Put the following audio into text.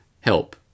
help